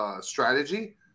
strategy